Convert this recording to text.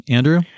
Andrew